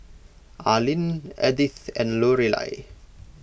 Arline Edythe and Lorelei